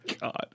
God